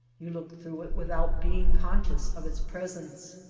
you look through it without being con scious of its presence.